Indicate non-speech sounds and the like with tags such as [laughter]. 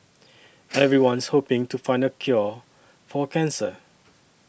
[noise] everyone's hoping to find the cure for cancer